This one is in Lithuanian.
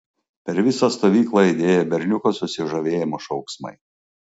per visą stovyklą aidėjo berniuko susižavėjimo šūksmai